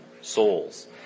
souls